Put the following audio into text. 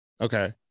okay